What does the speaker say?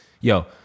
yo